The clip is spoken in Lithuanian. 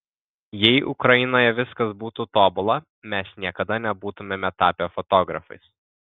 jei ukrainoje viskas būtų tobula mes niekada nebūtumėme tapę fotografais